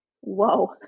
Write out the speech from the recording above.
whoa